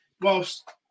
Whilst